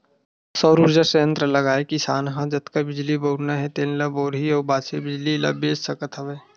सउर उरजा संयत्र लगाए किसान ह जतका बिजली बउरना हे तेन ल बउरही अउ बाचे बिजली ल बेच सकत हवय